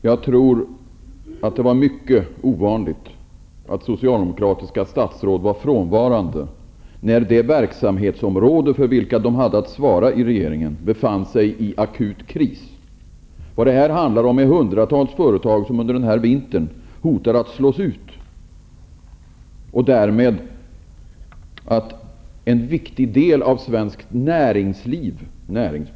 Herr talman! Jag tror att det var mycket ovanligt att socialdemokratiska statsråd var frånvarande när det verksamhetsområde för vilket de hade att svara i regeringen befann sig i akut kris. Det handlar nu om att hundratals företag under den här vintern hotas av att slås ut och att därmed en viktig del av svenskt näringsliv utarmas.